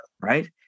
Right